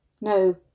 no